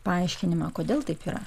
paaiškinimą kodėl taip yra